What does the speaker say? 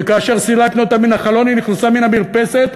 וכאשר סילקנו אותה מן החלון היא נכנסה מהמרפסת,